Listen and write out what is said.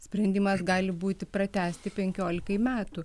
sprendimas gali būti pratęsti penkiolikai metų